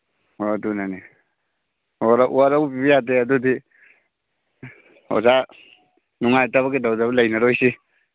ꯍꯣ ꯑꯗꯨꯅꯅꯤ ꯋꯥꯔꯧꯕꯤꯕ ꯌꯥꯗꯦ ꯑꯗꯨꯗꯤ ꯑꯣꯖꯥ ꯅꯨꯡꯉꯥꯏꯇꯕ ꯀꯩꯗꯧꯗꯕ ꯂꯩꯅꯔꯣꯏꯁꯤ